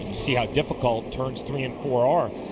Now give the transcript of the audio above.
see how difficult turns three and four are.